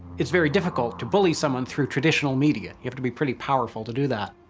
it's very difficult to bully someone through traditional media. you have to be pretty powerful to do that.